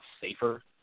safer